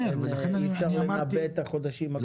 אי אפשר לנבא מה יהיה בחודשים הקרובים.